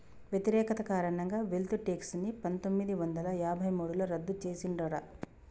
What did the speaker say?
వ్యతిరేకత కారణంగా wealth tax ని పందొమ్మిది వందల యాభై మూడులో రద్దు చేసిండ్రట